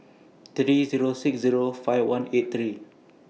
three Zero six Zero five one eight three